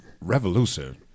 revolution